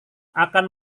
akan